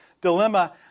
dilemma